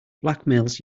blackmails